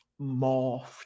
morphed